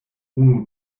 unu